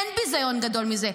אין ביזיון גדול מזה.